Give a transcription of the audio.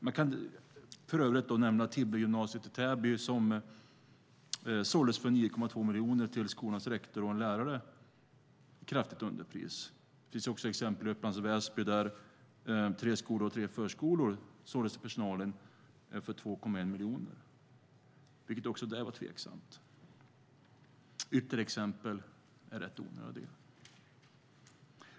Jag kan som exempel nämna Tibble gymnasium i Täby som såldes för 9,2 miljoner kronor - ett kraftigt underpris - till skolans rektor och en lärare. Det finns också exempel från Upplands Väsby där tre skolor och tre förskolor såldes till personalen för 2,1 miljoner. Det var också tveksamt. Ytterligare exempel är rätt onödiga.